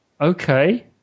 Okay